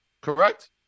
correct